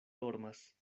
dormas